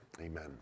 amen